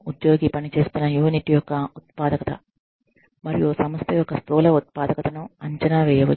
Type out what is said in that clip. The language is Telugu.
ఉద్యోగి పనిచేస్తున్న యూనిట్ యొక్క ఉత్పాదకత మరియు సంస్థ యొక్క స్థూల ఉత్పాదకతను అంచనా వేయవచ్చు